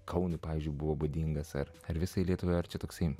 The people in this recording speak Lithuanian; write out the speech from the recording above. kauno pavyzdžiui buvo būdingas ar ar visai lietuvai ar čia toksai